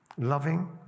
Loving